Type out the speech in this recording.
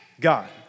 God